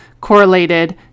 correlated